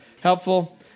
helpful